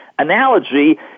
analogy